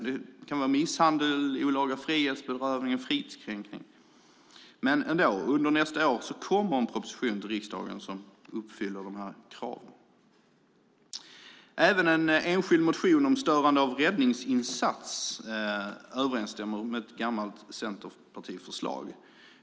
Det gäller till exempel misshandel, olaga frihetsberövande och fridskränkning. Under nästa år kommer en proposition till riksdagen som uppfyller dessa krav. Även den enskilda motionen om störande av räddningsinsats överensstämmer med ett gammalt centerpartiförslag.